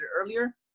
earlier